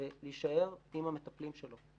ולהישאר עם המטפלים שלו.